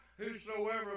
Whosoever